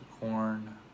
corn